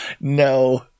No